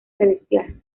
celestial